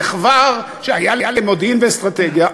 שהיה למודיעין ואסטרטגיה,